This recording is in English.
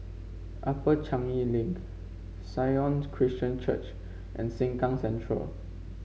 Upper Changi Link Sion Christian Church and Sengkang Central